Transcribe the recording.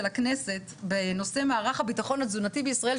הכנסת בנושא מערך הביטחון התזונתי בישראל,